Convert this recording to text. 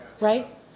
right